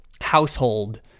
household